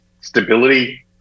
stability